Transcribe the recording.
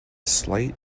slight